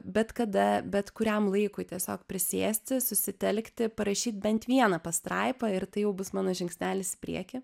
bet kada bet kuriam laikui tiesiog prisėsti susitelkti parašyt bent vieną pastraipą ir tai jau bus mano žingsnelis į priekį